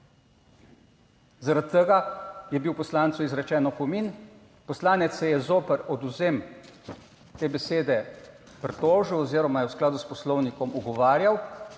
Zaradi tega je bil poslancu izrečen opomin, poslanec se je zoper odvzem te besede pritožil oziroma je v skladu s Poslovnikom ugovarjal